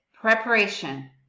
preparation